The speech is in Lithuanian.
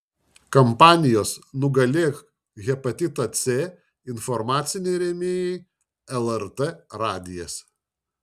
kampanijos nugalėk hepatitą c informaciniai rėmėjai lrt radijas